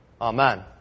Amen